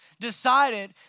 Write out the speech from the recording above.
decided